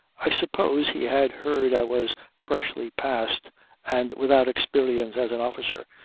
i suppose he had heard i was freshly passed and without experience as an officer,